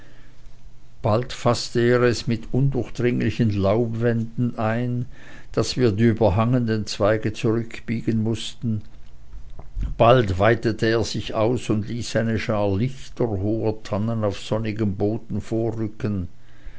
bald faßte er es mit undurchdringlichen laubwänden ein daß wir die überhangenden zweige zurückbiegen mußten bald weitete er sich aus und ließ eine schar lichter hoher tannen auf sonnigem boden vorrücken